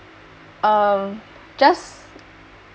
um just